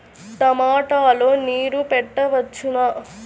టమాట లో నీరు పెట్టవచ్చునా?